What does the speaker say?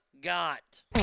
got